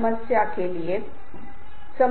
कारण के लिए कर रहे हैं और अगर इस तरह की बात है तो प्रत्येक समूह के सदस्य के मन में यह प्रेरणा है तो निश्चित रूप से यह मदद करने वाला है